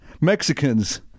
mexicans